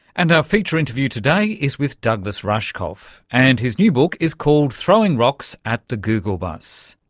and our feature interview today is with douglas rushkoff. and his new book is called throwing rocks at the google bus.